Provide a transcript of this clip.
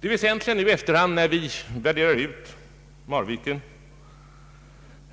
Det väsentliga nu i efterhand, när vi värderar ut Marviken,